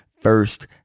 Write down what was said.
first